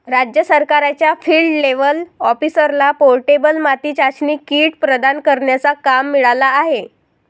राज्य सरकारच्या field level ऑफिसरला पोर्टेबल माती चाचणी किट प्रदान करण्याचा काम मिळाला आहे